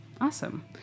Awesome